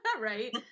right